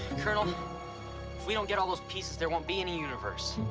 colonel, if we don't get all those pieces there won't be any universe.